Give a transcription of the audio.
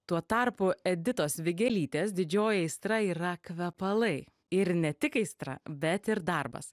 tuo tarpu editos vigelytės didžioji aistra yra kvepalai ir ne tik aistra bet ir darbas